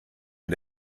mit